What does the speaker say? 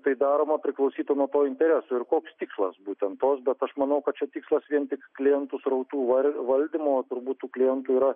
tai daroma priklausytų nuo to intereso ir koks tikslas būtent tos bet aš manau kad čia tikslas vien tik klientų srautų val valdymo turbūt tų klientų yra